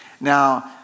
Now